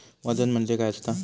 वजन म्हणजे काय असता?